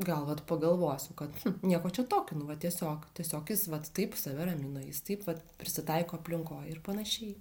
gal vat pagalvosiu kad nieko čia tokio nu va tiesiog tiesiog jis vat taip save ramino jis taip vat prisitaiko aplinkoj ir panašiai